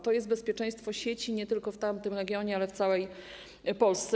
To jest bezpieczeństwo sieci nie tylko w tamtym regionie, ale w całej Polsce.